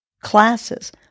classes